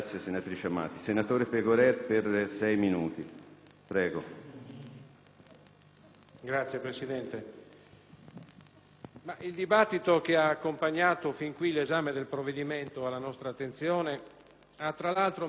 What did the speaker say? il dibattito che ha accompagnato fin qui l'esame del provvedimento alla nostra attenzione ha messo in evidenza, tra l'altro, l'opportunità di stabilire un percorso parlamentare tale